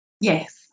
Yes